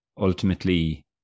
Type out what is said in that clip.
ultimately